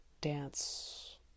dance